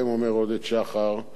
אומר עודד שחר,